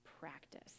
practice